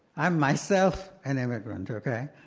i'm myself an immigrant, okay?